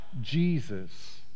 Jesus